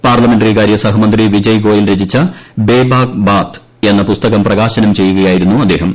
പാർലമെന്ററികാര്യ സഹമന്ത്രി വിജയ് ഗോയൽ രചിച്ച ബേബാക് ബാത്ത് എന്ന പുസ്തകം പ്രകാശനം ചെയ്യുകയായിരുന്നു അദ്ദേഹം